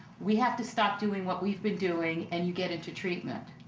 we have to stop doing what we've been doing and you get into treatment.